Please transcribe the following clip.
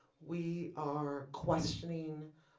we are questioning